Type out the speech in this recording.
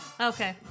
okay